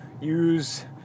Use